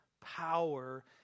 power